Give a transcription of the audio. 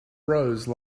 rose